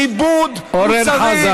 איפה השר?